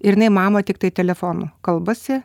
ir jinai mama tiktai telefonu kalbasi